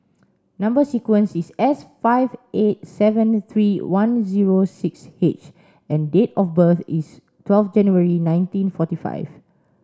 number sequence is S five eight seven three one zero six H and date of birth is twelve January nineteen forty five